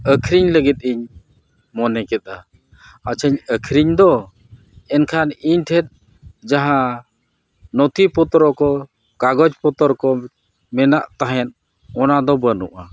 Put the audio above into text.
ᱟᱹᱠᱷᱨᱤᱧ ᱞᱟᱹᱜᱤᱫ ᱤᱧ ᱢᱚᱱᱮ ᱠᱮᱫᱟ ᱟᱪᱪᱷᱟᱧ ᱟᱹᱠᱷᱨᱤᱧ ᱫᱚ ᱮᱱᱠᱷᱟᱱ ᱤᱧ ᱴᱷᱮᱱ ᱡᱟᱦᱟᱸ ᱱᱚᱛᱷᱤ ᱯᱚᱛᱛᱨᱚ ᱠᱚ ᱠᱟᱜᱚᱡᱽ ᱯᱚᱛᱛᱨᱚ ᱠᱚ ᱢᱮᱱᱟᱜ ᱛᱟᱦᱮᱸᱫ ᱚᱱᱟᱫᱚ ᱵᱟᱹᱱᱩᱜᱼᱟ